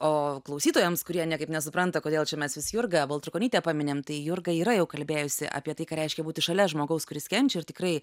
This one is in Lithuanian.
o klausytojams kurie niekaip nesupranta kodėl čia mes vis jurgą baltrukonytę paminim tai jurga yra jau kalbėjusi apie tai ką reiškia būti šalia žmogaus kuris kenčia ir tikrai